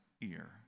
ear